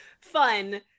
fun